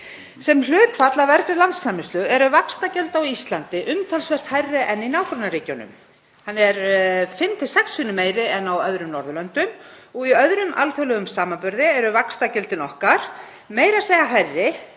Sem hlutfall af vergri landsframleiðslu eru vaxtagjöld á Íslandi umtalsvert hærri en í nágrannaríkjunum, fimm til sex sinnum meiri en á öðrum Norðurlöndum og í öðrum alþjóðlegum samanburði eru vaxtagjöldin okkar meira að segja hærri